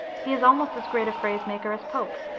he is almost as great a phrase-master as pope,